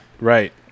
Right